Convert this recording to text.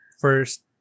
first